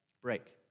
break